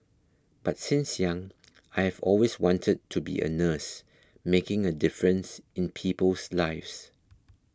but since young I have always wanted to be a nurse making a difference in people's lives